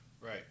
Right